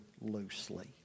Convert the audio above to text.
loosely